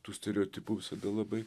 tų stereotipų visada labai